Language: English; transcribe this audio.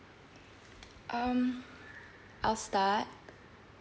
um I'll start